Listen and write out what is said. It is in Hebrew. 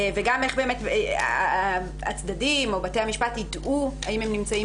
וגם איך הצדדים או בתי המשפט יידעו האם הם נמצאים